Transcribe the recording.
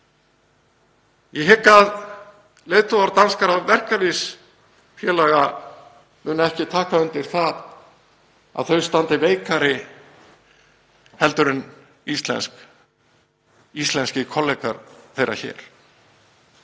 Ég hygg að leiðtogar danskra verkalýðsfélaga muni ekki taka undir það að þau standi veikari en íslenskir kollegar þeirra hér.